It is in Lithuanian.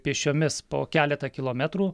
pėsčiomis po keletą kilometrų